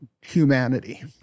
humanity